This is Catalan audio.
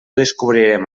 descobrirem